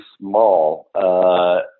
small